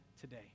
today